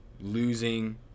losing